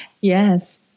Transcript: Yes